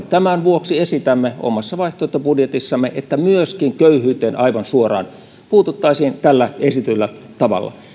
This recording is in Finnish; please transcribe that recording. tämän vuoksi esitämme omassa vaihtoehtobudjetissamme että myöskin köyhyyteen aivan suoraan puututtaisiin tällä esitetyllä tavalla